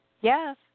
Yes